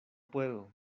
puedo